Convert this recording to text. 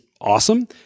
awesome